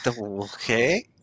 Okay